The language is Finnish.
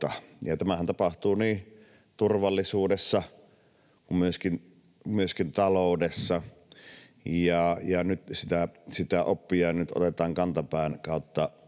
Tämähän tapahtuu niin turvallisuudessa kuin myöskin taloudessa, ja nyt sitä oppia otetaan kantapään kautta